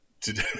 Today